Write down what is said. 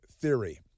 theory